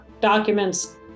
documents